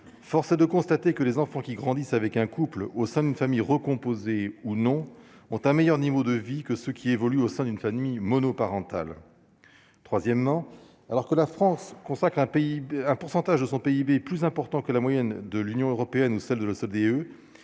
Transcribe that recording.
force est de constater que les enfants qui grandissent avec un couple au sein d'une famille recomposée ou non, ont un meilleur niveau de vie que ceux qui évolue au sein d'une famille monoparentale, troisièmement, alors que la France consacre un pays, un pourcentage de son PIB, plus important que la moyenne de l'Union européenne, celle de l'OCDE,